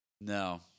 No